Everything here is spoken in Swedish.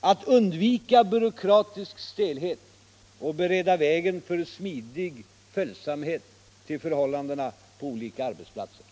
och att undvika byråkratisk stelhet och bereda vägen för smidig följsamhet till förhållandena på olika arbetsplatser.